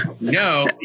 No